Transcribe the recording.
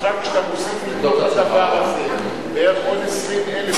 כשאתה מוסיף לתוך הדבר הזה בערך עוד 20,000